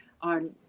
on